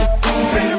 Baby